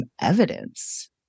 evidence